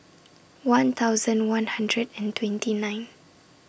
one thousand one hundred and twenty nine